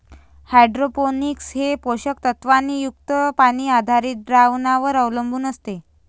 hydroponics हे पोषक तत्वांनी युक्त पाणी आधारित द्रावणांवर अवलंबून असते